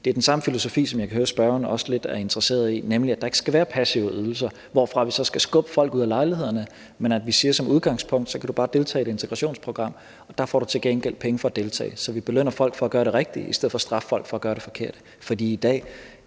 Det er den samme filosofi, som jeg kan høre at spørgeren også er lidt interesseret i, nemlig at der ikke skal være passive ydelser, hvorfra vi så skal skubbe folk ud af lejlighederne, men at vi siger, at du som udgangspunkt bare kan deltage i et integrationsprogram, og at du til gengæld får penge for at deltage. Så vi belønner folk for at gøre det rigtige i stedet for at straffe folk for at gøre det forkerte. For i dag